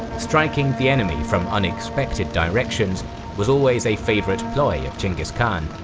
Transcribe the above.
striking the enemy from unexpected directions was always a favourite ploy of chinggis khan,